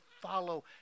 follow